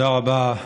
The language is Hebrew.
תודה רבה,